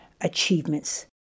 achievements